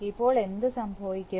ഇപ്പോൾ എന്ത് സംഭവിക്കും